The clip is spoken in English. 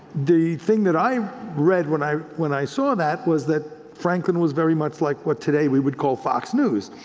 the thing that i read when i when i saw that was that franklin was very much like what today we would call fox news,